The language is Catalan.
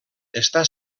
està